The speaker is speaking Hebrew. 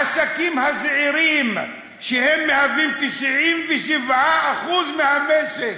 העסקים הזעירים, שהם 97% מהמשק,